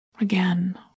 Again